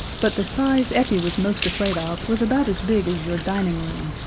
but the size effie was most afraid of was about as big as your dining room,